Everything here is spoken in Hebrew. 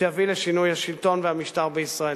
שיביא לשינוי השלטון והמשטר בישראל.